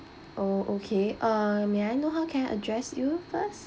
oh okay uh may I know how can I address you first